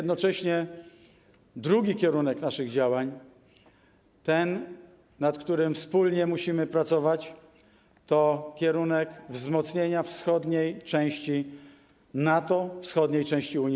Drugi kierunek naszych działań, ten, nad którym wspólnie musimy pracować, to wzmocnienie wschodniej części NATO, wschodniej części UE.